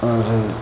और